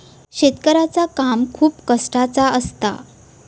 शेतकऱ्याचा काम खूप कष्टाचा असता